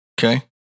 Okay